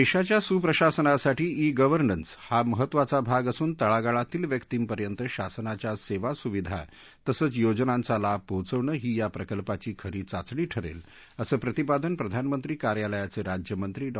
देशाच्या सुप्रशासनासाठी e governance हा महत्त्वाचा भाग असून तळागाळातील व्यक्तींपर्यंत शासनाच्या सेवा सुविधा तसच योजनांचा लाभ पोहोचवणं ही या प्रकल्पाची खऱी चाचणी ठरेल असं प्रतिपादन प्रधानमंत्री कार्यालयाचे राज्यमंत्री डॉ